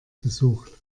gesucht